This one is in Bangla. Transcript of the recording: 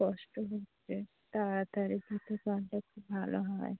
কষ্ট হচ্চে তাড়াতাড়ি দিতে পারলে খুব ভালো হয়